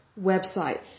website